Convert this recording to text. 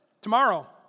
tomorrow